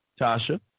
Tasha